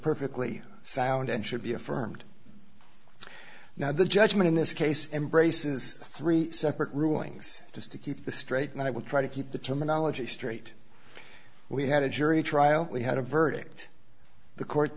perfectly sound and should be affirmed now the judgment in this case embraces three separate rulings just to keep the straight and i will try to keep the terminology straight we had a jury trial we had a verdict the court